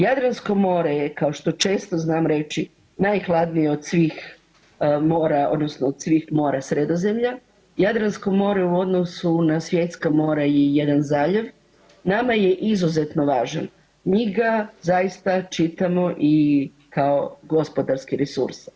Jadransko more je kao što često znam reći, najhladnije od svih mora odnosno od svih mora Sredozemlja, Jadransko more u odnosu na svjetska mora je jedan zaljev, nama je izuzetno važan, mi ga zaista čitamo i kao gospodarski resurs.